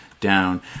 down